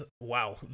wow